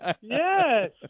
yes